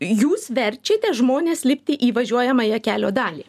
jūs verčiate žmones lipti į važiuojamąją kelio dalį